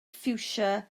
ffiwsia